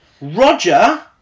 Roger